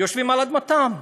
יושבים על אדמתם,